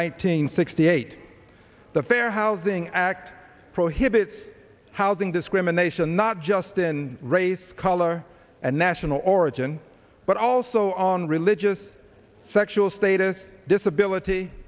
nineteen sixty eight the fair housing act prohibits housing discrimination not just in race color and national origin but also on religious sexual status disability